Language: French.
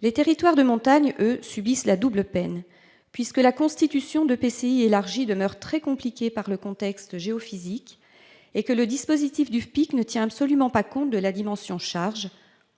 Les territoires de montagne, eux, subissent une double peine puisque la constitution d'EPCI élargis demeure très compliquée du fait du contexte géophysique et que le dispositif du FPIC ne tient absolument pas compte de la dimension « charges »-